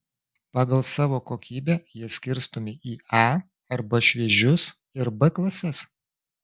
pagal savo kokybę jie skirstomi į a arba šviežius ir b klases